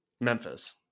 Memphis